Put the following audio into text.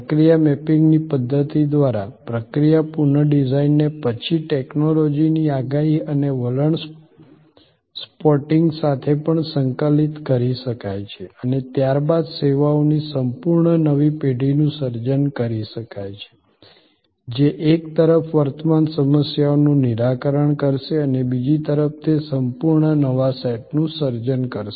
પ્રક્રિયા મેપિંગની પદ્ધતિ દ્વારા પ્રક્રિયા પુનઃડિઝાઈનને પછી ટેક્નોલોજીની આગાહી અને વલણ સ્પોટિંગ સાથે પણ સંકલિત કરી શકાય છે અને ત્યારબાદ સેવાઓની સંપૂર્ણ નવી પેઢીનું સર્જન કરી શકાય છે જે એક તરફ વર્તમાન સમસ્યાઓનું નિરાકરણ કરશે અને બીજી તરફ તે સંપૂર્ણ નવા સેટનું સર્જન કરશે